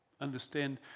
understand